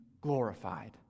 glorified